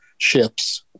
ships